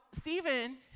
Stephen